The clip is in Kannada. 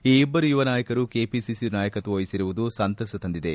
ಈ ಇಬ್ಬರು ಯುವನಾಯಕರು ಕೆಪಿಸಿಸಿ ನಾಯಕತ್ವ ವಹಿಸಿರುವುದು ಸಂತಸ ತಂದಿದೆ